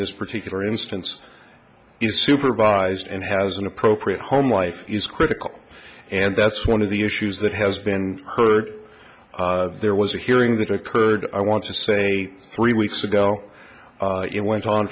this particular instance is supervised and has an appropriate home life is critical and that's one of the issues that has been hurt there was a hearing that occurred i want to say three weeks ago it went on